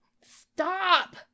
Stop